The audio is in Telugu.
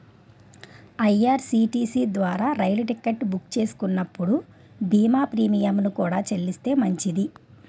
ఐ.ఆర్.సి.టి.సి ద్వారా రైలు టికెట్ బుక్ చేస్తున్నప్పుడు బీమా ప్రీమియంను కూడా చెల్లిస్తే మంచిది